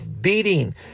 beating